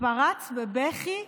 פרץ בבכי,